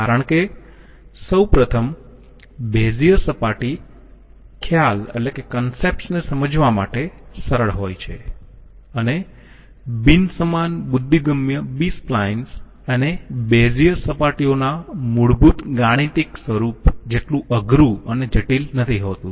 કારણ કે સૌ પ્રથમ બેઝિયર સપાટી ખ્યાલ ને સમજવા માટે સરળ હોય છે અને બિન સમાન બુદ્ધિગમ્ય બી સ્પ્લાઈન્સ અને બેઝિયર સપાટીઓના મૂળભૂત ગાણિતિક સ્વરૂપ જેટલુ અઘરું અને જટિલ નથી હોતું